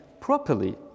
properly